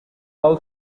all